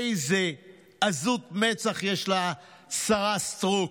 איזו עזות מצח יש לשרה סטרוק.